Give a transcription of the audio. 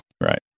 Right